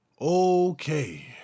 Okay